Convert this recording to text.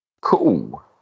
Cool